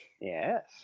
Yes